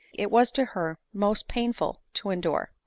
it was to her most painful to endure.